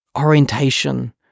orientation